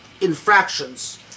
infractions